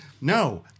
no